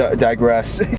ah digress